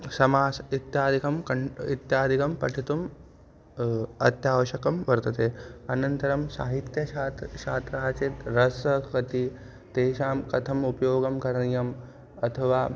समासः इत्यादिकं कण्ट् इत्यादिकं पठितुम् अत्यावश्यकं वर्तते अनन्तरं साहित्यछात्रः छात्रः चेत् रसाः कति तेषां कथम् उपयोगं करणीयम् अथवा